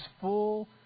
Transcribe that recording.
full